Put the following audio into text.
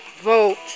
vote